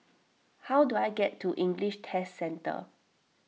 how do I get to English Test Centre